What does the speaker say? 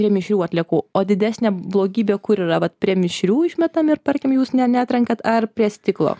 prie mišrių atliekų o didesnė blogybė kur yra vat prie mišrių išmetam ir tarkim jūs ne netrenkat ar prie stiklo